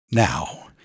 now